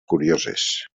curioses